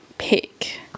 pick